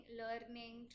learning